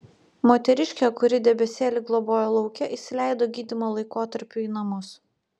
moteriškė kuri debesėlį globojo lauke įsileido gydymo laikotarpiui į namus